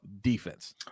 defense